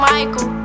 Michael